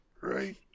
right